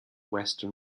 western